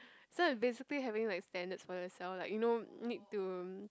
so I'm basically having like standards for yourself you know need to